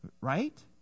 Right